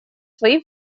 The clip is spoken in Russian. свои